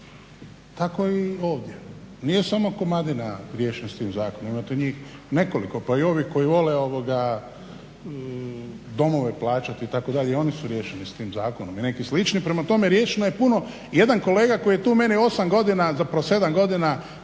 Tako i ovdje. Nije samo Komadina riješen s tim zakonom, ima tu njih nekoliko pa i ovih koji vole domove plaćati itd., i oni su riješeni s tim zakonom i neki slični. Prema tome riješena je puno, jedan kolega koji je tu meni 8 godina, zapravo 7 godina